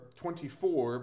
24